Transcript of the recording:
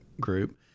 group